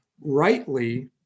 rightly